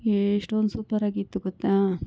ಏ ಎಷ್ಟೊಂದು ಸೂಪರಾಗಿತ್ತು ಗೊತ್ತ